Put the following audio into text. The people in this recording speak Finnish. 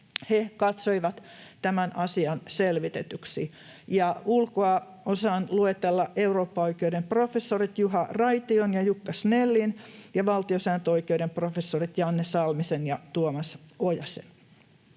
katsoivat tämän asian selvitetyksi — ja osaan luetella ulkoa eurooppaoikeuden professorit Juha Raition ja Jukka Snellin ja valtiosääntöoikeuden professorit Janne Salmisen ja Tuomas Ojasen.